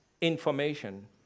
information